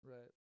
Right